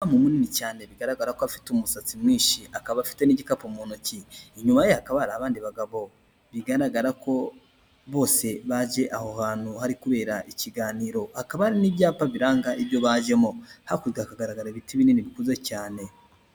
Umwana umuntu munini cyane bigaragara ko afite umusatsi mwinshi, akaba afite n'igikapu mu ntoki, inyuma hakaba hari abandi bagabo bigaragara ko bose baje aho hantu hari kubera ikiganiro, hakaba hari n'ibyapa biranga ibyo bajemo, hakurya hakagaragara ibiti binini bikuze cyane.